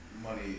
money